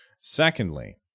Secondly